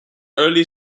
early